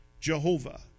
Jehovah